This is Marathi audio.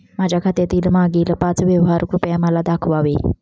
माझ्या खात्यातील मागील पाच व्यवहार कृपया मला दाखवावे